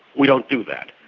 we don't do that.